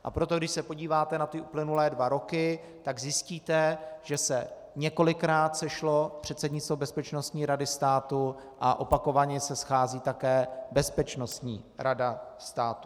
A proto, když se podíváte na ty uplynulé dva roky, zjistíte, že se několikrát sešlo předsednictvo Bezpečnostní rady státu a opakovaně se schází také Bezpečnostní rada státu.